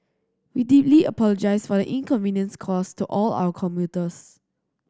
we deeply apologise for the inconvenience caused to all our commuters